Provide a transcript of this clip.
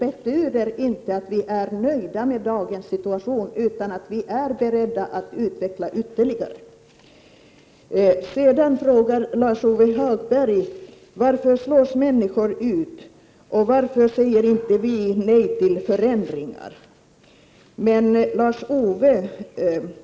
Det betyder inte att vi är nöjda med dagens situation, utan vi är beredda att utveckla arbetsmarknadspolitiken ytterligare.